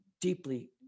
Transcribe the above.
deeply